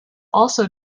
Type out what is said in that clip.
also